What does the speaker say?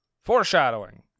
Foreshadowing